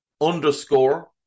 underscore